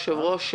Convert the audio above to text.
היושב-ראש,